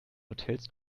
hotels